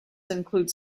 includes